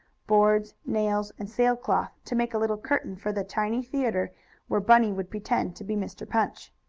boards, nails and sail-cloth, to make a little curtain for the tiny theatre where bunny would pretend to be mr. punch.